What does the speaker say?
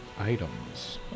items